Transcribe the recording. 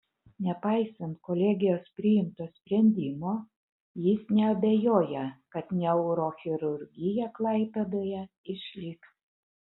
nepaisant kolegijos priimto sprendimo jis neabejoja kad neurochirurgija klaipėdoje išliks